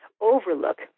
overlook